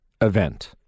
event